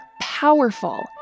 powerful